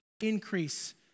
increase